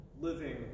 living